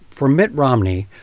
for mitt romney,